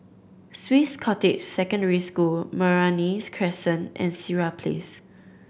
Swiss Cottage Secondary School Meranti Crescent and Sireh Place